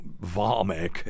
vomit